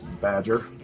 Badger